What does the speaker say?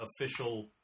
official